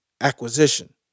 acquisition